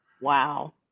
Wow